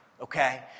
Okay